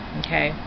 okay